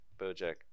BoJack